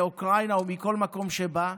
מאוקראינה או מכל מקום שבא,